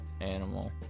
animal